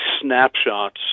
snapshots